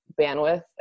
bandwidth